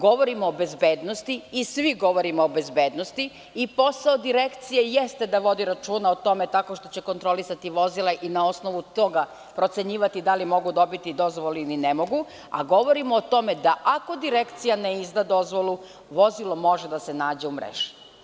Govorimo o bezbednosti i svi govorimo o bezbednosti i posao Direkcije jeste da vodi računa o tome tako što će kontrolisati vozila i na osnovu toga procenjivati da li mogu dobiti dozvole ili ne mogu, a govorimo o tome da, ako Direkcija ne izda dozvolu, vozilo može da se nađe u mreži.